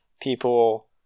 people